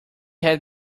had